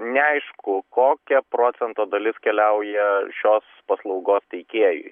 neaišku kokia procento dalis keliauja šios paslaugos teikėjui